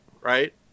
right